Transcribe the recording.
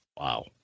Wow